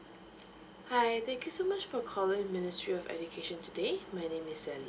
hi thank you so much for calling ministry of education today my name is sally